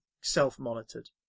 self-monitored